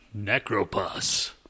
Necropus